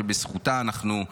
שבזכותה אנחנו,